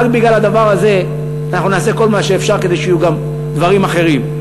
רק בגלל הדבר הזה אנחנו נעשה כל מה שאפשר כדי שיהיו גם דברים אחרים.